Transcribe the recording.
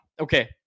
Okay